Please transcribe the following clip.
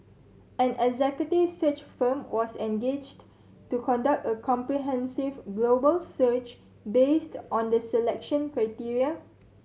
an executive search firm was engaged to conduct a comprehensive global search based on the selection criteria